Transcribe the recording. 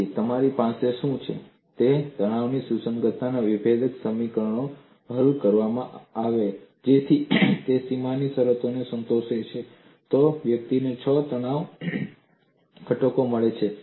તેથી તમારી પાસે શું છે જો તણાવની સુસંગતતાના વિભેદક સમીકરણો હલ કરવામાં આવે કે જેથી તે સીમાની શરતોને સંતોષે તો વ્યક્તિને છ તણાવ ઘટકો મળે છે